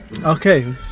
Okay